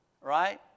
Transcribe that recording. Right